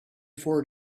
four